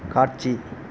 காட்சி